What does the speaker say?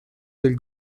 del